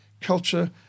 culture